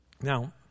Now